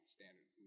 Standard